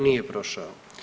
Nije prošao.